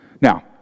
Now